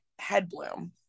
Headbloom